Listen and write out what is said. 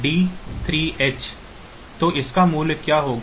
तो इसका मूल्य क्या होगा